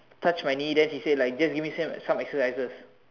touch my knee then he say like just give my some extra medicine